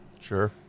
Sure